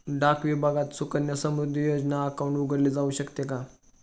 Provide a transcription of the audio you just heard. डाक विभागात सुकन्या समृद्धी योजना अकाउंट उघडले जाऊ शकते का?